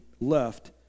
left